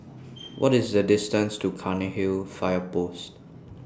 What IS The distance to Cairnhill Fire Post